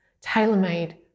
tailor-made